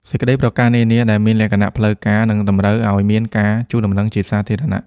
សេចក្តីប្រកាសនានា ដែលមានលក្ខណៈផ្លូវការ និងតម្រូវឲ្យមានការជូនដំណឹងជាសាធារណៈ។